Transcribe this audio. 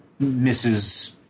Mrs